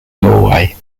norway